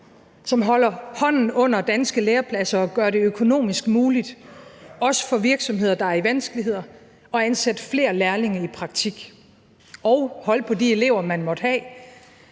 som holder hånden under danske lærepladser og gør det økonomisk muligt også for virksomheder, der er i vanskeligheder, at ansætte flere lærlinge i praktik og holde på de elever, man måtte have.